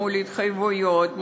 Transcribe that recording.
מול התחייבויות,